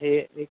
हे हे